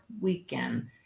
weekend